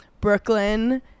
Brooklyn